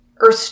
Earth